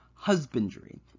husbandry